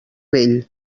vell